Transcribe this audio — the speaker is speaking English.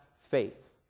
faith